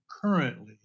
currently